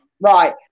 Right